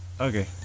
Okay